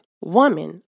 Woman